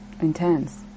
intense